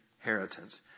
inheritance